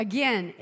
Again